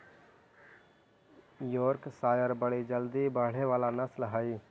Yorkshire बड़ी जल्दी बढ़े वाला नस्ल हई